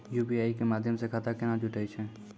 UPI के माध्यम से खाता केना जुटैय छै?